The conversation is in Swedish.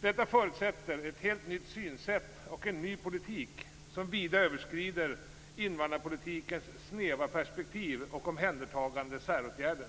Detta förutsätter ett helt nytt synsätt och en ny politik, som vida överskrider invandrarpolitikens snäva perspektiv och omhändertagande säråtgärder.